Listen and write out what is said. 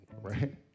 Right